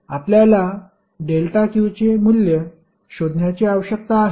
आपल्याला ∆q चे मूल्य शोधण्याची आवश्यकता आहे